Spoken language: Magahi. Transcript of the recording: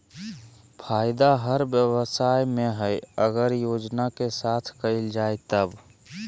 फायदा हर व्यवसाय में हइ अगर योजना के साथ कइल जाय तब